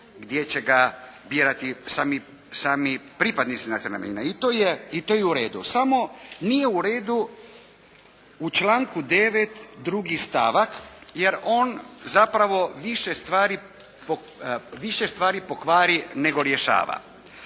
gdje će ga birati sami pripadnici nacionalnih manjina. I to je u redu. Samo nije u redu u članku 9. drugi stavak jer on zapravo više stvari pokvari nego rješava.